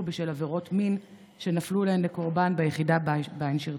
בשל עבירות מין שנפלו להן קורבן ביחידה שבה הן שירתו?